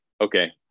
okay